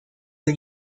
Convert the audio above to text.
the